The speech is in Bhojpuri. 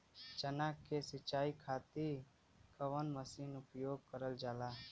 चना के सिंचाई खाती कवन मसीन उपयोग करल जाला?